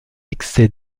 excès